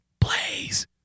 please